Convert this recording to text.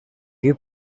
you